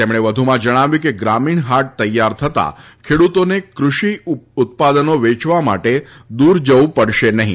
તેમણે વધુમાં જણાવ્યું કે ગ્રામીણ હાટ તૈયાર થતા ખેડૂતોને ક઼ષિ ઉત્પાદનો વેચવા માટે દુર જવું પડશે નહિ